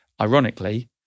Ironically